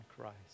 Christ